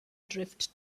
drift